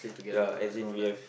ya as in we have